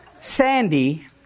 Sandy